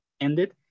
ended